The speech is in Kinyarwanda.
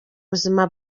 buzima